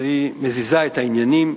שהיא מזיזה את העניינים,